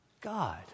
God